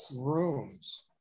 rooms